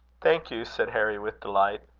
thank you, said harry with delight.